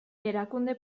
erakunde